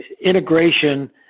integration